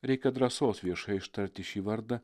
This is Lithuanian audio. reikia drąsos viešai ištarti šį vardą